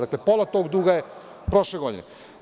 Dakle, pola tog duga je od prošle godine.